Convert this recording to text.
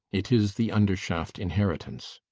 it is the undershaft inheritance.